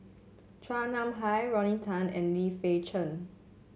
Chua Nam Hai Rodney Tan and Lim Fei Shen